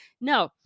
no